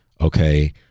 okay